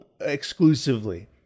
exclusively